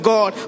God